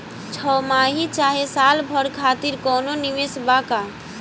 छमाही चाहे साल भर खातिर कौनों निवेश बा का?